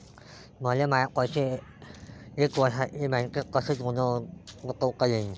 मले माये पैसे एक वर्षासाठी बँकेत कसे गुंतवता येईन?